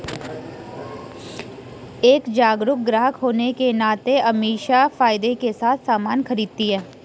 एक जागरूक ग्राहक होने के नाते अमीषा फायदे के साथ सामान खरीदती है